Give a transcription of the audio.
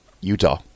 Utah